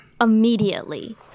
immediately